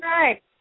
right